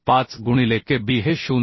5 गुणिले K b हे 0